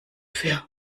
fair